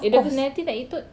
if the personality tak etol